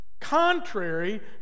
contrary